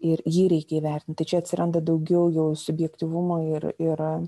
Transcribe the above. ir jį reikia įvertint tai čia atsiranda daugiau jo subjektyvumo ir ir